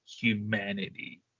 humanity